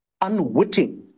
unwitting